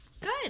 Good